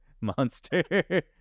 monster